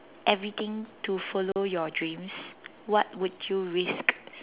everything to follow your dreams what would you risk